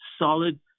solid